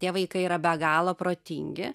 tie vaikai yra be galo protingi